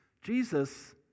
Jesus